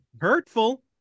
Hurtful